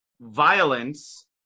violence